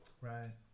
Right